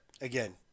again